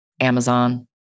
Amazon